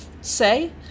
say